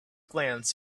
glance